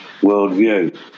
worldview